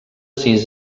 sis